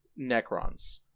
Necrons